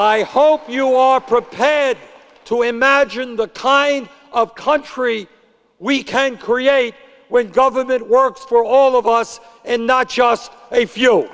i hope you are prepared to imagine the kind of country we can create when government works for all of us and not just a few